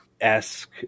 esque